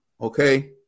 okay